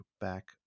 back